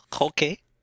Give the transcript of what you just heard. Okay